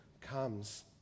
comes